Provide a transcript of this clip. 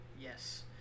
Yes